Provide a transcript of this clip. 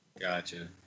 Gotcha